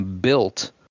built